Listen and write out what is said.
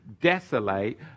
desolate